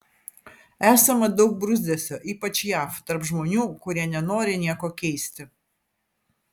esama daug bruzdesio ypač jav tarp žmonių kurie nenori nieko keisti